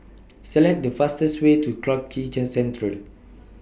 Select The fastest Way to Clarke Quay Central